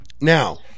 Now